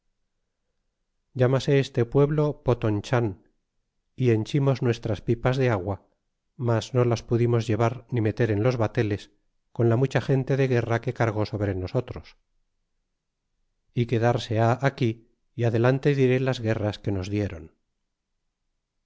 llámase este pueblo potonchan é henchimos nuestras pipas de agua mas no las pudimos var ni meter en los bateles con la mucha genta de guerra que cargó sobre nosotros y quedarse ha aquí y adelante diré las guerras que noo dieron